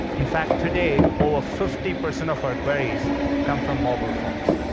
in fact, today, over fifty percent of our queries come from mobile phones.